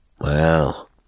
Well